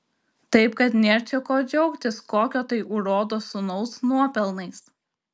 taip kad nėr čia ko džiaugtis kokio tai urodo sūnaus nuopelnais